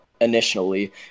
initially